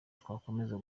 twakomeza